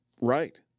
Right